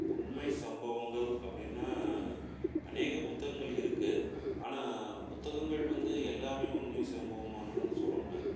உண்மை சம்பவங்கள் அப்படின்னா அநேக புத்தகங்கள் இருக்குது ஆனால் புத்தங்கங்கள் வந்து எல்லாமே உண்மை சம்பவமான்லாம் சொல்ல முடியாது